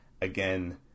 again